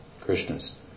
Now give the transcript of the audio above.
Krishna's